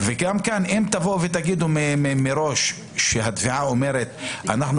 וגם כאן אם תגידו מראש שהתביעה אומרת: אנחנו